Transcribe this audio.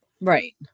Right